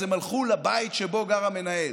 אז הם הלכו לבית שבו גר המנהל.